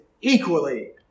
equally